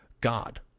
God